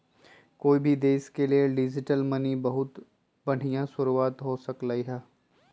कोई भी देश के लेल डिजिटल मनी बहुत बनिहा शुरुआत हो सकलई ह